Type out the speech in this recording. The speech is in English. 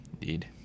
Indeed